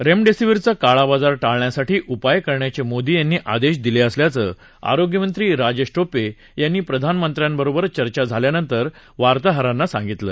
remdesivir चा काला बाजार टाळण्यासाठी उपाय करण्याचे मोदी यांनी आदेश दिले असल्याचं आरोग्य मंत्री राजेश टोपे यांनी प्रधानमंत्र्यांबरोबर चर्चा झाल्यानंतर पत्रकारांना सांगितलं